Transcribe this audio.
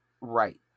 Right